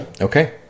Okay